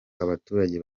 abaturage